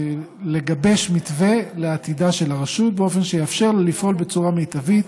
לגבש מתווה לעתידה של הרשות באופן שיאפשר לה לפעול בצורה המיטבית